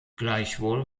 gleichwohl